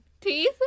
Teeth